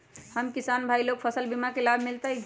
हम किसान भाई लोग फसल बीमा के लाभ मिलतई?